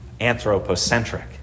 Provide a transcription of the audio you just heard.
anthropocentric